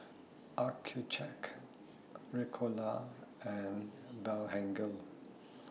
Accucheck Ricola and Blephagel